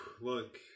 look